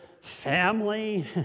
family